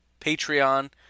Patreon